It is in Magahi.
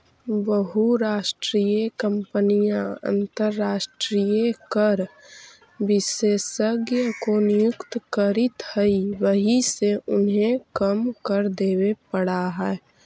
बहुराष्ट्रीय कंपनियां अंतरराष्ट्रीय कर विशेषज्ञ को नियुक्त करित हई वहिसे उन्हें कम कर देवे पड़ा है